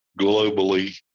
globally